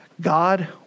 God